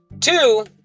Two